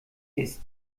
ist